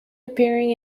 appearing